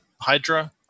Hydra